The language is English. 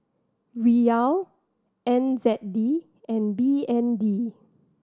Riyal N Z D and B N D